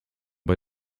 bei